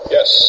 Yes